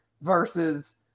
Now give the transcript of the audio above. versus